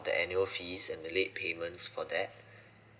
the annual fees and late payments for that